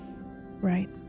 right